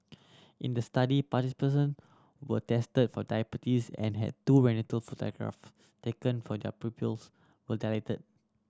in the study participants were tested for diabetes and had two retinal photograph taken for their pupils were dilated